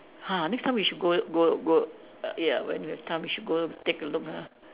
!huh! next time we should go go go err ya when we have time we should go take a look ah